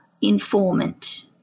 informant